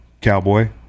cowboy